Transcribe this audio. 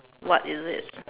what is it